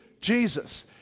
Jesus